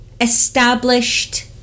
established